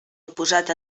oposat